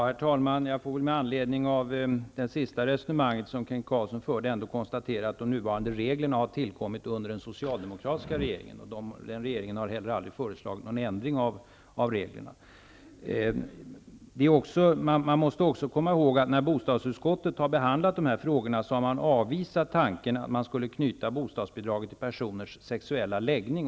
Herr talman! Jag vill med anledning av Kent Carlssons avslutande resonemang konstatera att de nuvarande reglerna har tillkommit under den socialdemokratiska regeringen, vilken heller aldrig har föreslagit någon ändring av dessa regler. Man måste också ha i minnet att bostadsutskottet när det har behandlat dessa frågor har avvisat tanken på att bostadsbidraget skulle knytas till personers sexuella läggning.